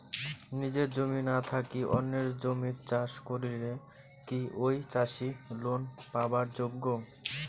নিজের জমি না থাকি অন্যের জমিত চাষ করিলে কি ঐ চাষী লোন পাবার যোগ্য?